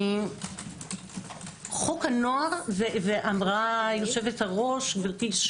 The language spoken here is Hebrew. חוק הנוער ואמרה יושבת-הראש גברתי,